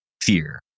fear